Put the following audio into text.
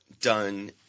done